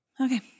Okay